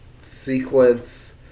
sequence